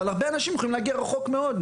אבל הרבה אנשים יכולים להגיע רחוק מאוד,